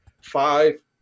five